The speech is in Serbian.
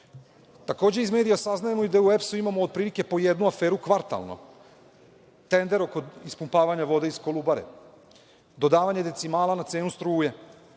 iz medija saznajemo da u EPS imamo otprilike i po jednu aferu kvartalno. Tender oko ispumpavanja vode iz Kolubare, dodavanje decimala na cenu struje,